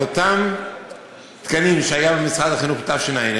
על אותם תקנים שהיו במשרד החינוך בתשע"ה